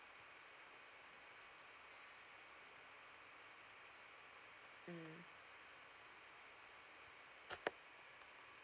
mm